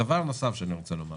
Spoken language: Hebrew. דבר נוסף שאני רוצה לומר